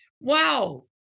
Wow